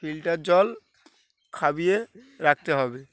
filter জল খাইয়ে রাখতে হবে